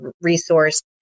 resource